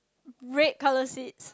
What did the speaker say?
red colour seats